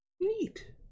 neat